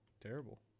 terrible